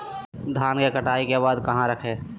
धान के कटाई के बाद कहा रखें?